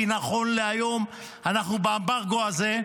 כי נכון להיום אנחנו באמברגו הזה,